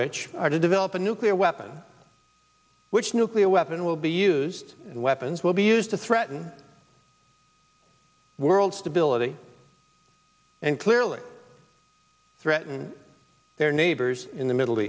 which are to develop a nuclear weapon which nuclear weapon will be used weapons will be used to threaten world stability and clearly threaten their neighbors in the middle